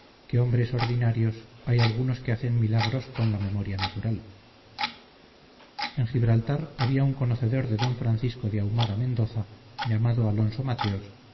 que hombres ordinarios hay algunos que hacen milagros con la memoria natural en gibraltar había un conocedor de d francisco de ahumada mendoza llamado alonso mateos